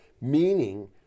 meaning